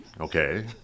Okay